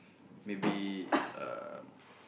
maybe um